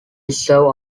reserve